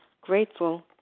Grateful